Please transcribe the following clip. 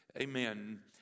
Amen